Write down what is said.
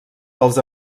pels